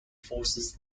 forces